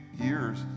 years